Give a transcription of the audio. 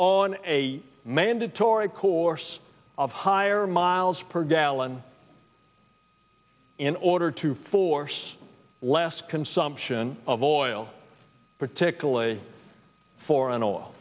on a mandatory course of higher miles per gallon in order to force less consumption of oil particularly foreign oil